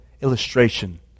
illustration